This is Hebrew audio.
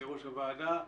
כראש הוועדה,